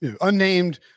unnamed